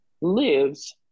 lives